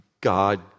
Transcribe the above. God